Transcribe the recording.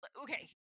okay